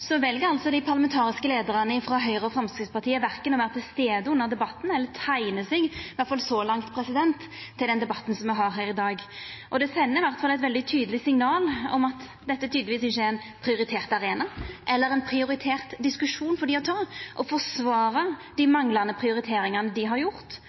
vel altså dei parlamentariske leiarane i Høgre og Framstegspartiet verken å vera til stades under debatten eller teikna seg – i alle fall så langt – til debatten me har her i dag. Det sender i alle fall eit veldig tydeleg signal om at dette ikkje er ein prioritert arena eller ein prioritert diskusjon for dei å ta for å forsvara dei manglande prioriteringane dei har gjort